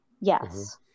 Yes